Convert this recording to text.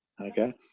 okay